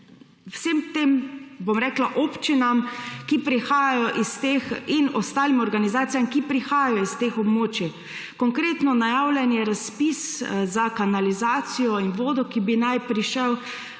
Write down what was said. vsem tem občinam in ostalim organizacijam, ki prihajajo s teh območij. Konkretno. Najavljen je razpis za kanalizacijo in vodo, ki naj bi